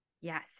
Yes